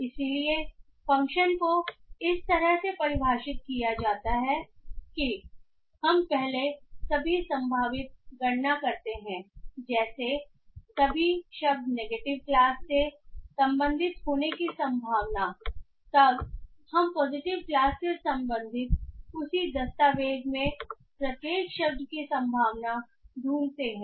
इसलिए फ़ंक्शन को इस तरह से परिभाषित किया जाता है कि हम पहले सभी संभावित गणना करते हैं जैसे सभी शब्द नेगेटिव क्लास से संबंधित होने की संभावना तब हम पॉजिटिव क्लास से संबंधित उसी दस्तावेज़ में प्रत्येक शब्द की संभावना ढूंढते हैं